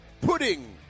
Pudding